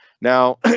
Now